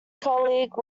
colleague